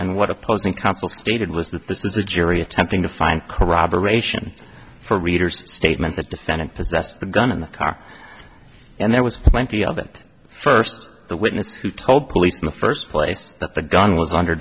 and what opposing counsel stated was that this is a jury attempting to find corroboration for readers statement the defendant possessed the gun in the car and there was plenty of it first the witness who told police in the first place that the gun was under